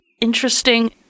interesting